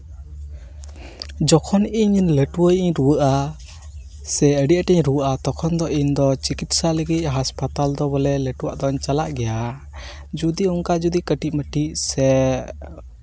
ᱡᱚᱠᱷᱚᱱ ᱤᱧ ᱞᱟᱹᱴᱩ ᱧᱚᱜ ᱤᱧ ᱨᱩᱣᱟᱹᱜᱼᱟ ᱥᱮ ᱟᱹᱰᱤ ᱟᱸᱴᱤᱧ ᱨᱩᱣᱟᱹᱜᱼᱟ ᱛᱚᱠᱷᱚᱱ ᱫᱚ ᱤᱧ ᱫᱚ ᱪᱤᱠᱤᱛᱥᱟ ᱞᱟᱹᱜᱤᱫ ᱦᱟᱥᱯᱟᱛᱟᱞ ᱫᱚ ᱵᱚᱞᱮ ᱞᱟᱹᱴᱩᱣᱟᱜ ᱫᱚᱧ ᱪᱟᱞᱟᱜ ᱜᱮᱭᱟ ᱡᱩᱫᱤ ᱚᱝᱠᱟ ᱡᱩᱫᱤ ᱠᱟᱹᱴᱤᱡᱼᱢᱟᱹᱴᱤᱡ ᱥᱮ